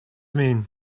mean